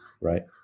right